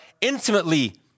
intimately